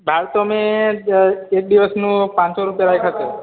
દાવ તમે એક દિવસનો પાનસો રૂપિયા રાખ્યો તો